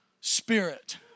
spirit